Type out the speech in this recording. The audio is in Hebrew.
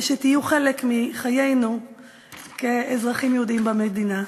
ושתהיו חלק מחיינו כאזרחים יהודים במדינה.